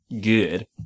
good